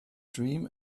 dream